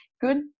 good